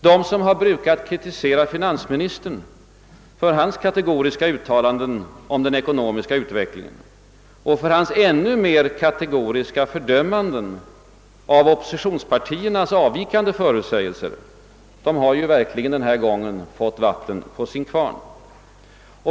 De som har brukat kritisera finansministern för hans kategoriska uttalanden om den ekonomiska utvecklingen och för hans ännu mer kategoriska fördömanden av oppositionspartiernas avvikande förutsägelser har denna gång verkligen fått vatten på sin kvarn.